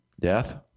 Death